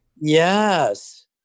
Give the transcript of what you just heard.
Yes